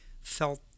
felt